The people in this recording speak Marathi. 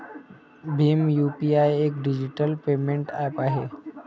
भीम यू.पी.आय एक डिजिटल पेमेंट ऍप आहे